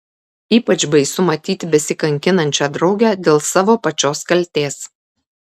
ypač baisu matyti besikankinančią draugę dėl savo pačios kaltės